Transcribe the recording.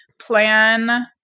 plan